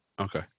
okay